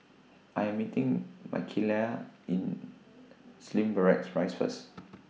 I Am meeting Michaele in Slim Barracks Rise First